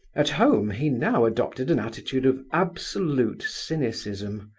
at home, he now adopted an attitude of absolute cynicism,